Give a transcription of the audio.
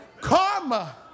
Karma